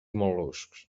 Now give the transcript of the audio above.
mol·luscs